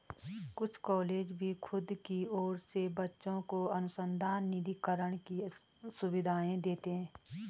कुछ कॉलेज भी खुद की ओर से बच्चों को अनुसंधान निधिकरण की सुविधाएं देते हैं